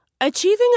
Achieving